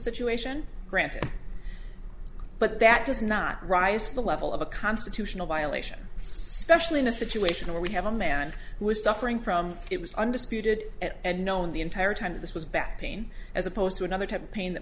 situation granted but that does not rise to the level of a constitutional violation especially in a situation where we have a man who was suffering from it was undisputed at and known the entire time this was back pain as opposed to another type of pain that